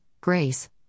grace